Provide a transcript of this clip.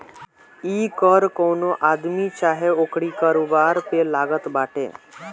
इ कर कवनो आदमी चाहे ओकरी कारोबार पे लागत बाटे